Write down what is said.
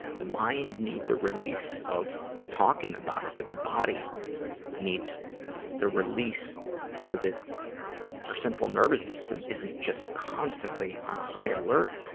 the mind need the release of talking about it, but the body needs the release so that our central nervous system isn't just constantly on high alert.